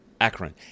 Akron